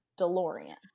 DeLorean